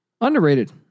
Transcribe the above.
Underrated